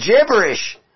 gibberish